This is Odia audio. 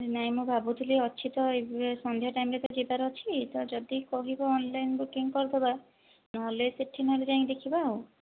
ନାହିଁ ମୁଁ ଭାବୁଥିଲି ଅଛି ତ ଏବେ ସନ୍ଧ୍ୟା ଟାଇମ ରେ ତ ଯିବାର ଅଛି ଯଦି କହିବ ଅନଲାଇନ ବୁକିଙ୍ଗ୍ କରିଦେବା ନହେଲେ ସେଠି ନହେଲେ ଯାଇକି ଦେଖିବା ଆଉ